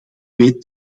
weet